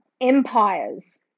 empires